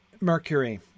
Mercury